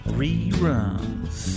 reruns